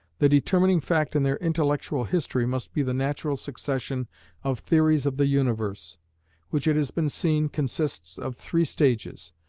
the determining fact in their intellectual history must be the natural succession of theories of the universe which, it has been seen, consists of three stages,